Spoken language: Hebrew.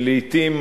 שלעתים,